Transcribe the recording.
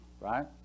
right